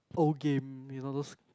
old game you know those